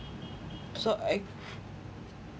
so I